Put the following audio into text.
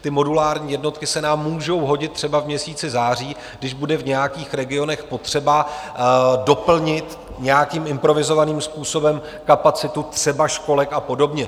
Ty modulární jednotky se nám můžou hodit třeba v měsíci září, když bude v nějakých regionech potřeba doplnit nějakým improvizovaným způsobem kapacitu třeba školek a podobně.